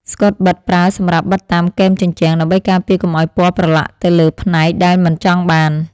ស្កុតបិទ ប្រើសម្រាប់បិទតាមគែមជញ្ជាំង ដើម្បីការពារកុំឱ្យពណ៌ប្រឡាក់ទៅលើផ្នែកដែលមិនចង់បាន។